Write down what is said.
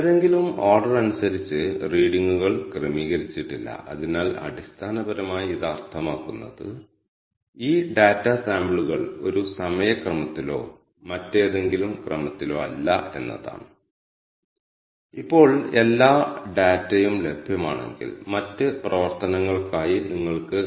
csv യുടെ വാക്യഘടന ഇപ്രകാരമാണ് റീഡ് ഡോട്ട് csv രണ്ട് ആർഗ്യുമെന്റുകൾ എടുക്കുന്നു ആദ്യത്തെ ആർഗ്യുമെന്റ് ഒരു ഫയൽ നെയിമും രണ്ടാമത്തെ ആർഗ്യുമെന്റ് റോ നെയിമുമാണ് ഈ വ്യക്തിഗത ആർഗ്യുമെന്റ് എന്തിനെക്കുറിച്ചാണെന്ന് നമുക്ക് കാണാം